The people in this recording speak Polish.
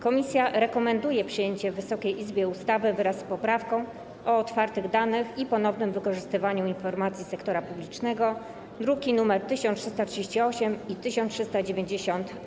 Komisja rekomenduje Wysokiej Izbie przyjęcie wraz z poprawką ustawy o otwartych danych i ponownym wykorzystywaniu informacji sektora publicznego, druki nr 1338 i 1390-A.